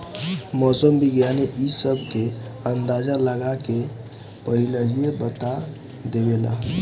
मौसम विज्ञानी इ सब के अंदाजा लगा के पहिलहिए बता देवेला